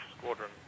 Squadron